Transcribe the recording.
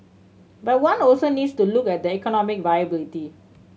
but one also needs to look at the economic viability